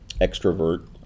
extrovert